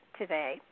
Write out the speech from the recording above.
today